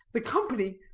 the company,